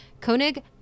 Koenig